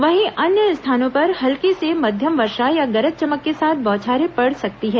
वहीं अन्य स्थानों पर हल्की से मध्यम वर्षा या गरज चमक के साथ बौछारें पड़ सकती हैं